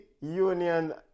union